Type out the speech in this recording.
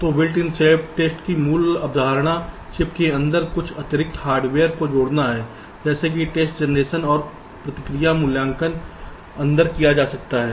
तो built in self test की मूल अवधारणा चिप के अंदर कुछ अतिरिक्त हार्डवेयर को जोड़ना है जैसे कि टेस्ट जनरेशन और प्रतिक्रिया मूल्यांकन अंदर किया जा सकता है